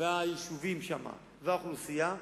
והיישובים שם והאוכלוסייה,